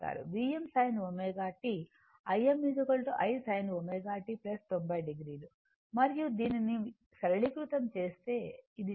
Vm sin ω t Im Im sin ω t 90 o మరియు దీనిని సరళీకృతం చేస్తే ఇది చేస్తే అది Vm Im sin ω t